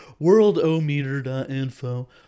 worldometer.info